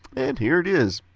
and here it is.